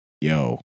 yo